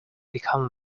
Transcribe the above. become